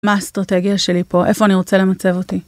מה האסטרטגיה שלי פה? איפה אני רוצה למצב אותי?